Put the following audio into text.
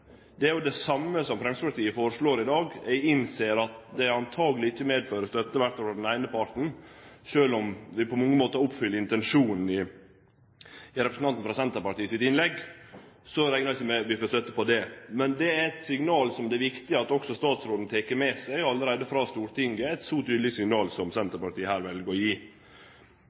Det er jo det same som Framstegspartiet foreslår i dag. Eg innser at det antakeleg ikkje får støtte, iallfall ikkje frå den eine parten. Sjølv om det på mange måtar oppfyller intensjonen i innlegget til representanten frå Senterpartiet, reknar eg ikkje med at vi får støtte til det. Men det er eit signal som det er viktig at også statsråden tek med seg allereie frå Stortinget, eit så tydeleg signal som Senterpartiet her vel å gi.